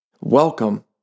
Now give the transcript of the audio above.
Welcome